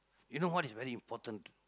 you know what is very important